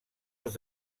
els